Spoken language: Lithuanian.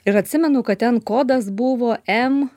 ir atsimenu kad ten kodas buvo em